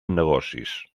negocis